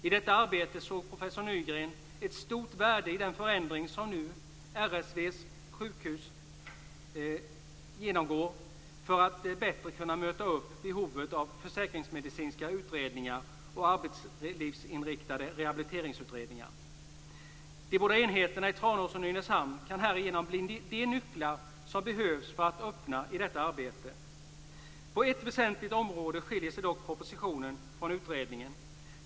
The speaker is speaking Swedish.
I detta arbete såg professor Nygren ett stort värde i den förändring som nu RFV:s sjukhus genomgår för att bättre kunna möta upp behovet av försäkringsmedicinska utredningar och arbetslivsinriktade rehabiliteringsutredningar. De båda enheterna i Tranås och Nynäshamn kan härigenom blir de nycklar som behövs för att öppna upp detta arbete. På ett väsentligt område skiljer sig dock propositionen från utredningen.